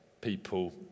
people